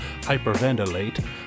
Hyperventilate